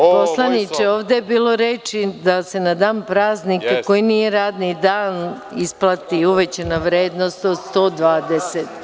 Poslaniče, ovde je bilo reči da se na dan praznika koji nije radni dan isplati uvećana vrednost od 120%